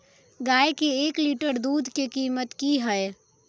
गाय के एक लीटर दूध के कीमत की हय?